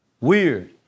Weird